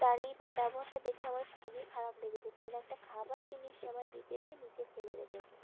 তার এই ব্যবহারটা দেখে আমার খুবই খারাপ লেগেছে কারণ একটা খাবার জিনিস সে আমায় দিতে এসে নীচে ফেলে রেখেছে